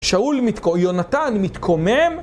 שאול מתקומם, יונתן מתקומם